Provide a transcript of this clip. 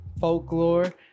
folklore